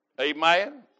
Amen